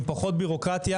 עם פחות בירוקרטיה,